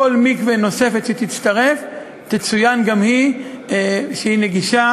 כל מקווה נוספת שתתווסף תצוין גם היא שהיא נגישה,